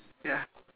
ya